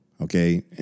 okay